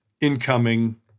incoming